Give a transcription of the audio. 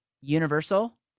universal